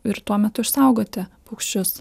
ir tuo metu išsaugoti paukščius